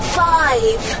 five